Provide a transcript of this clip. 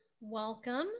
Welcome